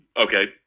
okay